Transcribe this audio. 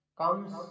comes